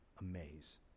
amaze